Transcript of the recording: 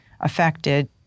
affected